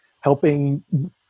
helping